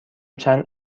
چند